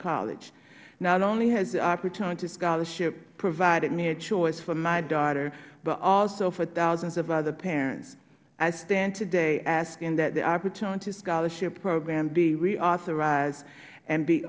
college not only has the opportunity scholarship provided me a choice for my daughter but also for thousands of other parents i stand today asking that the opportunity scholarship program be reauthorized and be